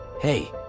Hey